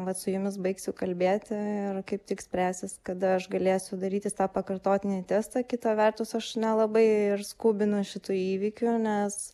vat su jumis baigsiu kalbėti ir kaip tik spręsis kada aš galėsiu darytis tą pakartotinį testą kita vertus aš nelabai ir skubinu šitų įvykių nes